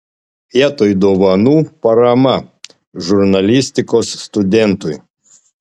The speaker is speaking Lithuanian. vietoj dovanų parama žurnalistikos studentui